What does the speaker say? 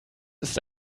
ist